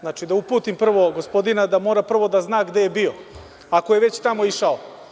Znači, da uputim gospodina da mora da zna gde je bio, ako je već tamo išao.